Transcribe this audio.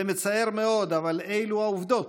זה מצער מאוד, אבל אלה העובדות: